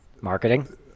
Marketing